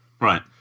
Right